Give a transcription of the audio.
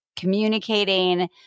communicating